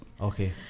Okay